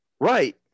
Right